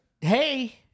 Hey